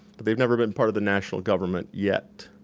but they've never been part of the national government yet.